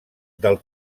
del